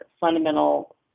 fundamental